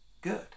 good